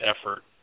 effort